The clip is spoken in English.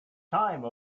time